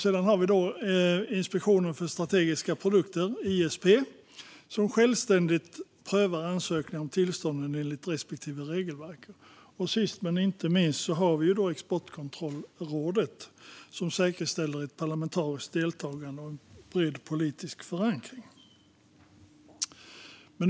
Sedan har vi Inspektionen för strategiska produkter, ISP, som självständigt prövar ansökningar om tillstånd enligt respektive regelverk. Sist men inte minst har vi Exportkontrollrådet, som säkerställer ett parlamentariskt deltagande och en bred politisk förankring.